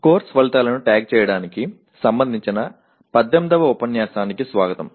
course ఫలితాలను tag చేయడానికి సంబంధించిన 18వ ఉపన్యాసానికి స్వాగతం